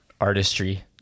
artistry